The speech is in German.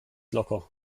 locker